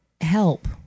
Help